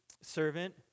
servant